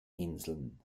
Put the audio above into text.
inseln